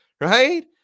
right